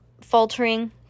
faltering